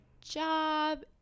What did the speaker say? job